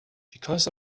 because